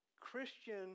Christian